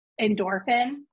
endorphin